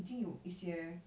已经有一些